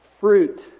fruit